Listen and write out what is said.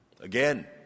Again